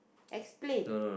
explain